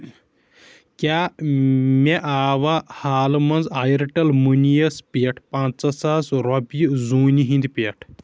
کیٛاہ مےٚ آوا حالہٕ منٛز اِیرٹیل مٔنی یَس پٮ۪ٹھ پَنٛژاہ ساس رۄپیہِ زوٗنہِ ہِنٛدۍ پٮ۪ٹھ